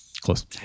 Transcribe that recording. Close